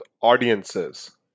audiences